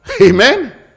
amen